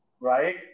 Right